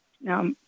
now